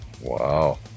Wow